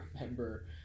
remember